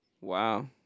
Wow